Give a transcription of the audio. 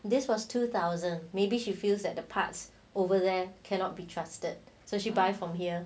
this was two thousand maybe she feels that the parts over there cannot be trusted so she buy from here